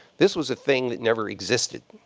this was a thing that never existed.